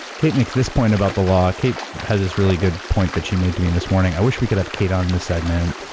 kate makes this point about the law, kate has this really great point that she made to me this morning. i wish we could have kate on this segment.